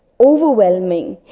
overwhelming,